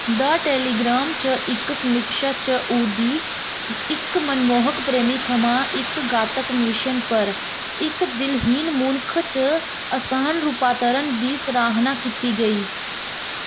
the telegram च इक समीक्षा च उं'दी इक मनमोहक प्रेमी थमां इक घातक मिशन पर इक दिलहीन मनुक्ख च आसान रूपांतरण दी सराह्ना कीती गेई